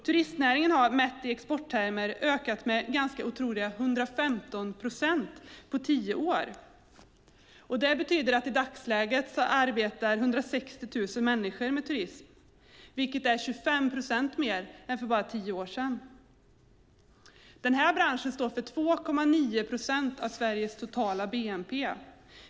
Turistnäringen har, mätt i exporttermer, ökat med smått otroliga 115 procent på tio år. Det betyder att i dagsläget arbetar 160 000 människor med turism, vilket är 25 procent fler än för bara tio år sedan. Den här branschen står för 2,9 procent av Sveriges totala bnp.